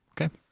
Okay